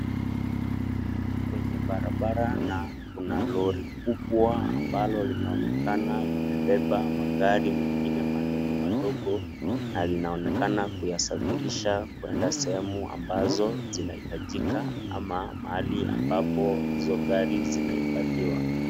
Kwenye barabara na kuna lori kubwa ambalo linaonekana limebeba magari mengine madogo madogo na linaonekana kuyasafirisha kwenda sehemu ambazo zinahitajika ama mahali ambapo hizo gari zinahifathiwa.